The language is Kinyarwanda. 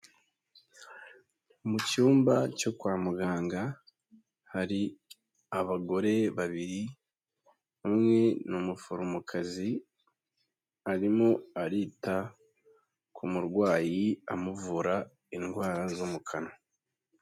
Mu cyumba cyo kwa muganga, hari abagore babiri, umwe ni umuforomokazi, arimo arita ku murwayi amuvura indwara zo mu kanwa.